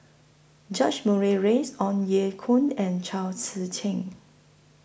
George Murray Reith Ong Ye Kung and Chao Tzee Cheng